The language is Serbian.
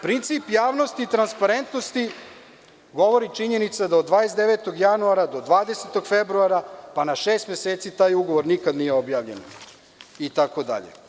Princip javnosti i transparentnosti, govori činjenica da od 29. januara do 20. februara, pa na šest meseci taj ugovor nikada nije objavljen itd.